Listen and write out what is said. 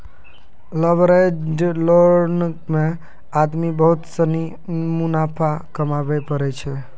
leveraged loan मे आदमी बहुत सनी मुनाफा कमाबै पारै छै